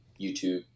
YouTube